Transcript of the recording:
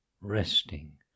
resting